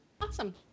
Awesome